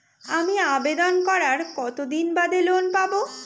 আমি আবেদন করার কতদিন বাদে লোন পাব?